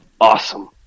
awesome